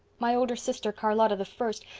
my older sister, charlotta the first,